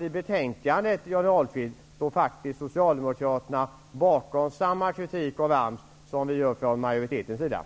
I betänkandet står